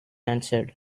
answered